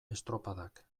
estropadak